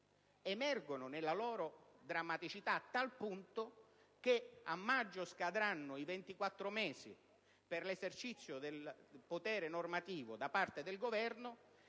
Emergono nella loro drammaticità, a tal punto che, a maggio, scadranno i 24 mesi per l'esercizio del potere normativo da parte del Governo,